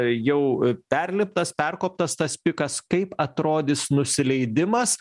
jau perliptas perkoptas tas pikas kaip atrodys nusileidimas